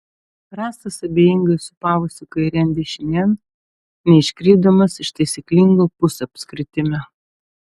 rąstas abejingai sūpavosi kairėn dešinėn neiškrypdamas iš taisyklingo pusapskritimio